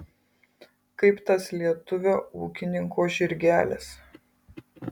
kaip tas lietuvio ūkininko žirgelis